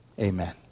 Amen